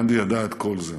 גנדי ידע את כל זה